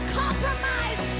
compromise